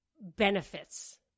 benefits